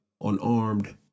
unarmed